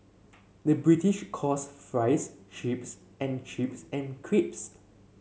the British calls fries chips and chips and crisps